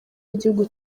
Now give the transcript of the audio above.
w’igihugu